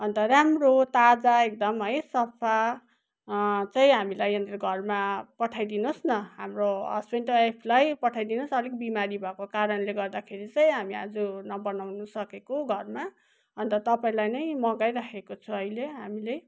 अन्त राम्रो ताजा एकदम है सफा अँ चाहिँ हामीलाई यहाँनेर घरमा पठाइदिनुहोस् न हाम्रो हसबेन्ड वाइफलाई पठाइदिनुहोस् अलिक बिमारी भएको कारणले गर्दाखेरि चाहिँ हामी आज नबनाउनु सकेको घरमा अन्त तपाईँलाई नै मगाइराखेको छ अहिले हामीले